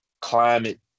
climate